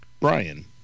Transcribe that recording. Brian